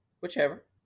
Whichever